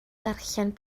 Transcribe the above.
darllen